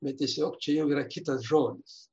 bet tiesiog čia jau yra kitas žodis